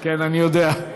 כן, אני יודע.